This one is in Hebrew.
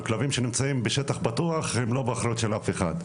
כלבים שנמצאים בשטח פתוח הם לא באחריות של אף אחד.